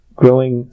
growing